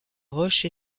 roche